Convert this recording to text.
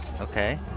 Okay